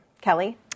Kelly